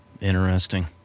interesting